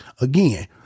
Again